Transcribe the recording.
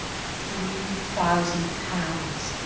three thousand pounds!